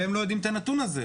והם לא יודעים את הנתון הזה.